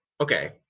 Okay